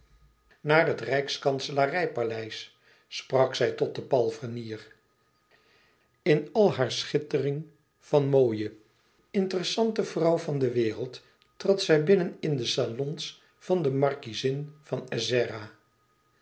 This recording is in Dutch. naar het rijkskanselarij paleis sprak zij tot den palfrenier in al hare schittering van mooie interessante vrouw van de wereld trad zij binnen in de salons van de markiezin van ezzera